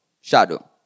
Shadow